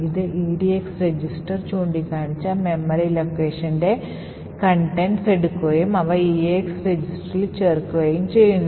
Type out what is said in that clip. ഇത് edx register ചൂണ്ടിക്കാണിച്ച memory ലൊക്കേഷന്റെ contents എടുക്കുകയും അവ eax രജിസ്റ്ററിൽ ചേർക്കുകയും ചെയ്യുന്നു